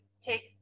take